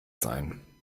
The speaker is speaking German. sein